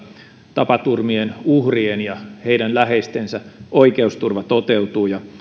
tapaturmien uhrien ja heidän läheistensä oikeusturva toteutuu ja